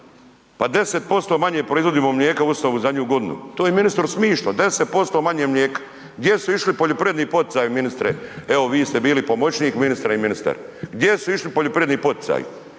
pa 10% manje proizvodimo mlijeka u .../Govornik se ne razumije./... zadnju godinu. To je ministru smješno, 10% manje mlijeka. Gdje su išli poljoprivredni poticaji ministre? Evo vi ste bili pomoćnik ministra i ministar. Gdje su išli poljoprivredni poticaji?